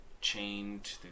chained